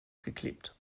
geklebt